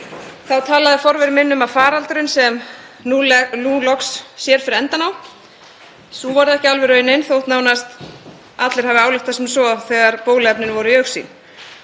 Þá talaði forveri minn um faraldurinn „sem nú loks sér fyrir endann á“. Sú varð ekki raunin þótt nánast allir hafi ályktað sem svo þegar bóluefnin voru í augsýn.